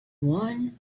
one